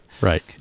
Right